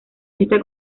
esta